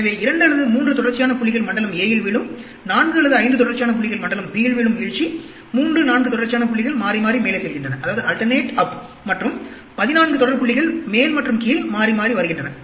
எனவே 2 அல்லது 3 தொடர்ச்சியான புள்ளிகள் மண்டலம் a இல் விழும் 4 அல்லது 5 தொடர்ச்சியான புள்ளிகள் மண்டலம் b இல் விழும் வீழ்ச்சி 3 4 தொடர்ச்சியான புள்ளிகள் மாறி மாறி மேலே செல்கின்றன மற்றும் 14 தொடர் புள்ளிகள் மேல் மற்றும் கீழ் மாறி மாறி வருகின்றன